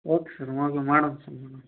okay sir ಮಾಡು sir ಮಾಡೋಣ